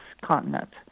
continent